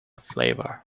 flavor